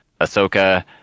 Ahsoka